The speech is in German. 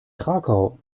krakau